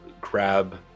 grab